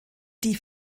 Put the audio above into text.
die